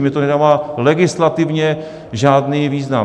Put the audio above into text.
Mně to nedává legislativně žádný význam.